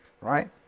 right